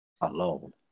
alone